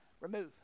Remove